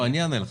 אני אענה לך.